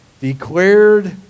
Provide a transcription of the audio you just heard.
Declared